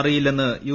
അറിയില്ലെന്ന് യു